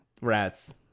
rats